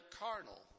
carnal